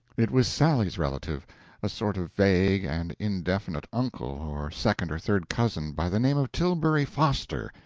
it was sally's relative a sort of vague and indefinite uncle or second or third cousin by the name of tilbury foster,